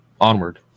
onward